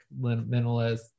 minimalist